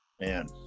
man